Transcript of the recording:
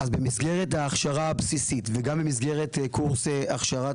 במסגרת ההכשרה הבסיסית וגם במסגרת קורס הכשרת